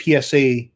PSA